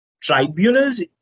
tribunals